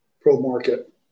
pro-market